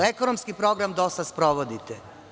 Ekonomski program DOS-a sprovodite.